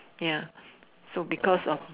ya so because of